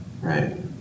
right